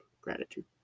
gratitude